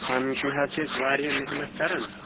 پنٕنۍ کِنۍ حظ چھِ أسۍ واریاہ محنت کَران